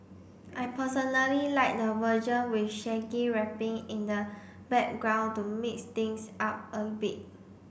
I personally like the version with Shaggy rapping in the background to mix things up a bit